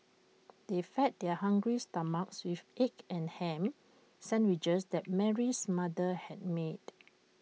they fed their hungry stomachs with the egg and Ham Sandwiches that Mary's mother had made